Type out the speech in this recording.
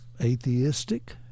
atheistic